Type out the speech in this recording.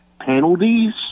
Penalties